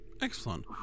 Excellent